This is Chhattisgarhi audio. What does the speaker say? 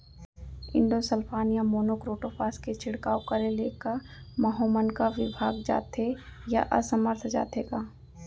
इंडोसल्फान या मोनो क्रोटोफास के छिड़काव करे ले क माहो मन का विभाग जाथे या असमर्थ जाथे का?